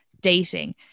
dating